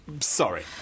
Sorry